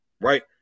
right